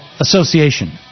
association